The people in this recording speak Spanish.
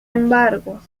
embargo